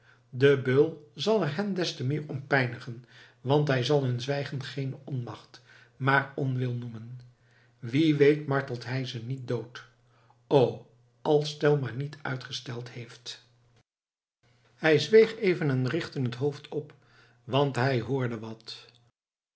de beul zal er hen destemeer om pijnigen want hij zal hun zwijgen geene onmacht maar onwil noemen wie weet martelt hij ze niet dood o als tell maar niet uitgesteld heeft hij zweeg even en richtte het hoofd op want hij hoorde wat